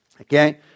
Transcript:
Okay